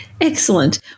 Excellent